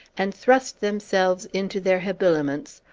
and thrust themselves into their habiliments,